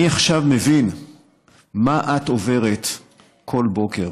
אני עכשיו מבין מה את עוברת כל בוקר.